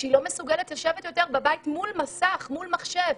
ושהיא לא מסוגלת לשבת בבית יותר מול מסך מחשב.